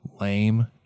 lame